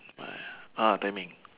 my ah timing